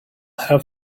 have